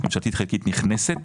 ממשלתית חלקית נכנסת,